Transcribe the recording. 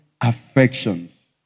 affections